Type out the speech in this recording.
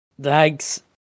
Thanks